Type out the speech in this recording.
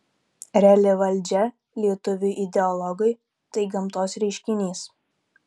reali valdžia lietuviui ideologui tai gamtos reiškinys